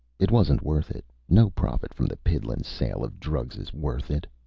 it wasn't worth it. no profit from the piddling sale of drugs is worth it.